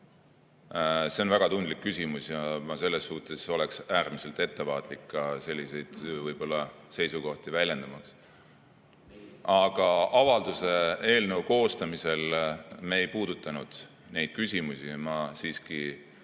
See on väga tundlik küsimus ja selles suhtes ma oleksin äärmiselt ettevaatlik ka selliseid seisukohti väljendades. Aga avalduse eelnõu koostamisel me ei puudutanud neid küsimusi ja ma siiski